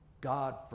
God